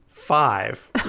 five